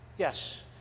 Yes